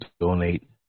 donate